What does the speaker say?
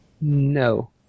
No